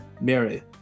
Mary